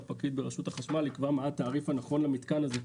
פקיד ברשות החשמל יקבע מה התעריף הנכון למתקן הזה,